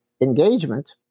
engagement